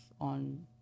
on